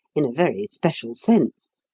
in a very special sense.